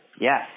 Yes